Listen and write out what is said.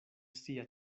sia